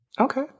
Okay